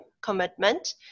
commitment